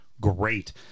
great